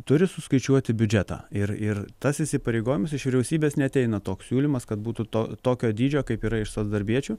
turi suskaičiuoti biudžetą ir ir tas įsipareigojimas iš vyriausybės neateina toks siūlymas kad būtų to tokio dydžio kaip yra iš tos darbiečių